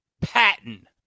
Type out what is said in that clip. Patton